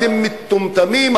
אתם מטומטמים?